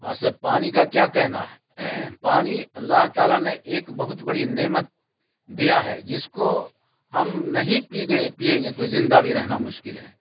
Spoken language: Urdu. ویسے پانی کا کیا کہنا ہے پانی اللہ تعالیٰ نے ایک بہت بڑی نعمت دیا ہے جس کو ہم نہیں پئیں گے تو زندہ بھی رہنا مشکل ہے